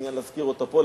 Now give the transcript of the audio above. אני נמנע מלהזכיר אותה פה,